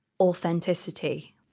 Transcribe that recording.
authenticity